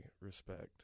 respect